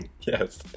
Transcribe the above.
yes